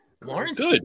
Lawrence